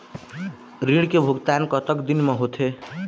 ऋण के भुगतान कतक दिन म होथे?